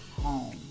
home